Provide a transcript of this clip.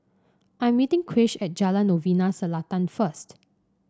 I'm meeting Krish at Jalan Novena Selatan first